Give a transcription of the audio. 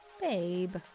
Babe